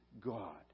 God